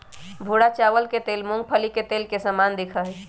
भूरा चावल के तेल मूंगफली के तेल के समान दिखा हई